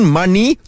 money